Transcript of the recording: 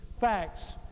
Facts